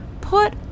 put